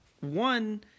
One